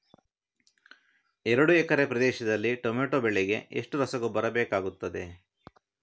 ಎರಡು ಎಕರೆ ಪ್ರದೇಶದಲ್ಲಿ ಟೊಮ್ಯಾಟೊ ಬೆಳೆಗೆ ಎಷ್ಟು ರಸಗೊಬ್ಬರ ಬೇಕಾಗುತ್ತದೆ?